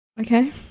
Okay